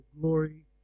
glory